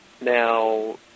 Now